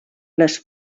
les